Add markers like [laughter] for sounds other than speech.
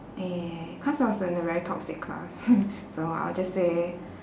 eh cause I was in a very toxic class [laughs] so I'll just say